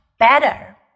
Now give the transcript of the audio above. better